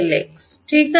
Δx ঠিক